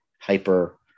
hyper